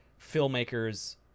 filmmakers